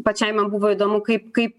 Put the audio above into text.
pačiai man buvo įdomu kaip kaip